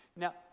Now